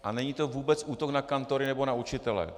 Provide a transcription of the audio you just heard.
A není to vůbec útok na kantory nebo na učitele.